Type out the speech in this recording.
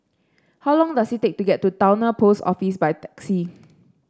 how long does it take to get to Towner Post Office by taxi